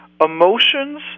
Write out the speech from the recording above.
emotions